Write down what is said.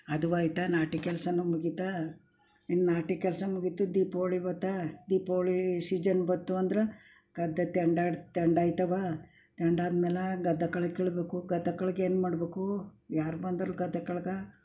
ಅದುವೆ ಐತ ನಾಟಿ ಕೆಲಸನೂ ಮುಗೀತಾ ಇನ್ನು ನಾಟಿ ಕೆಲಸ ಮುಗೀತು ದೀಪಾವಳಿ ಬಂತಾ ದೀಪಾವಳಿ ಸೀಜನ್ ಬಂತು ಅಂದ್ರೆ ಗದ್ದೆ ತೆಂಡ ತೆಂಡ ಆಯ್ತವ ತೆಂಡ ಆದ್ಮೇಲೆ ಗದ್ದೆ ಕಳೆ ಕೀಳಬೇಕು ಗದ್ದೆ ಕಳೆಗೆ ಏನು ಮಾಡ್ಬೇಕು ಯಾರು ಬಂದರು ಗದ್ದೆ ಕಳೆಗೆ